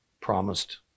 promised